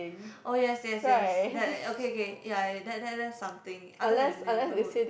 oh yes yes yes that uh okay okay ya eh that that that's something other than neighbourhood